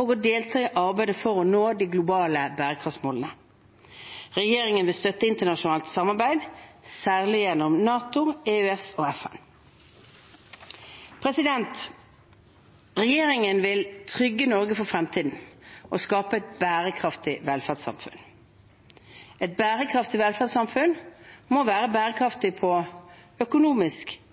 og delta i arbeidet for å nå de globale bærekraftsmålene. Regjeringen vil støtte internasjonalt samarbeid, særlig gjennom NATO, EØS og FN. Regjeringen vil trygge Norge for fremtiden og skape et bærekraftig velferdssamfunn. Et bærekraftig velferdssamfunn må være bærekraftig både økonomisk,